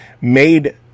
made